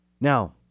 Now